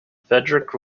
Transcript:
fedric